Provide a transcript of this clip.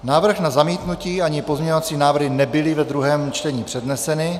Návrh na zamítnutí ani pozměňovací návrhy nebyly ve druhém čtení předneseny.